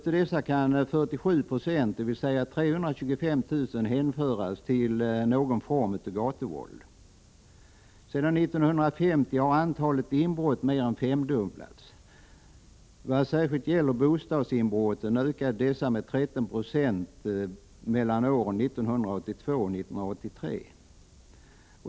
Av dessa kan 47 96, dvs. 325 000, hänföras till någon form av gatuvåld. Sedan 1950 har antalet inbrott mer än femdubblats. Åren 1982-1983 ökade bostadsinbrotten med 13 96.